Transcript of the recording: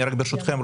ברשותכם,